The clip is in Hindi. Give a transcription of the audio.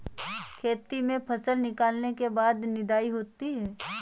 खेती में फसल निकलने के बाद निदाई होती हैं?